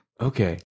Okay